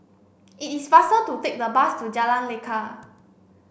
it is faster to take the bus to Jalan Lekar